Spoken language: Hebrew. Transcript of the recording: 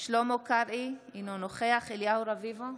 שלמה קרעי, אינו נוכח אליהו רביבו,